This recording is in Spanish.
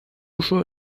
uso